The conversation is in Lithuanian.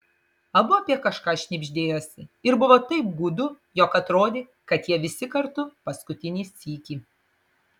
abu apie kažką šnibždėjosi ir buvo taip gūdu jog atrodė kad jie visi kartu paskutinį sykį